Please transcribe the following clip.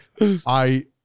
I-